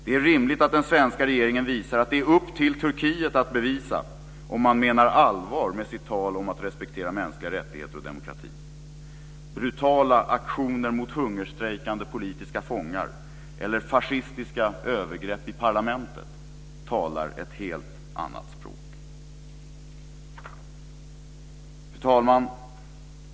Det är rimligt att den svenska regeringen visar att det är upp till Turkiet att bevisa om man menar allvar med sitt tal om att respektera mänskliga rättigheter och demokrati. Brutala aktioner mot hungerstrejkande politiska fångar eller fascistiska övergrepp i parlamentet talar ett helt annat språk. Fru talman!